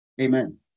Amen